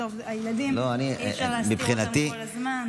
בסוף, הילדים, אי-אפשר להסתיר אותם כל הזמן.